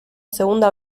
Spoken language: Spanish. segunda